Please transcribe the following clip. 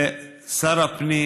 ושר הפנים